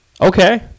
Okay